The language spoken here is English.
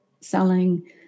selling